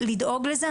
באמת לדאוג לזה,